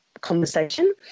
conversation